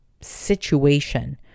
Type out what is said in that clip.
situation